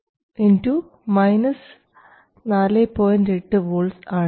8 V ആണ്